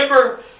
remember